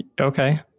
okay